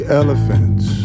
elephants